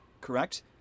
Correct